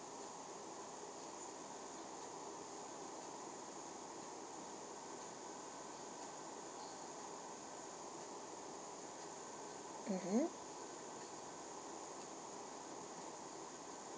mmhmm